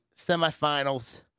semifinals